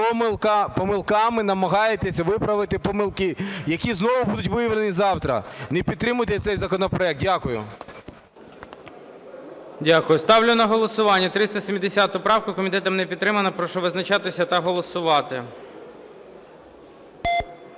помилками намагаєтесь виправити помилки, які знову будуть виявлені завтра. Не підтримуйте цей законопроект. Дякую. ГОЛОВУЮЧИЙ. Дякую. Ставлю на голосування 370 правку. Комітетом не підтримана. Прошу визначатися та голосувати.